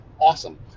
awesome